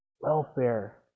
welfare